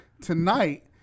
tonight